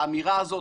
האמירה הזאת,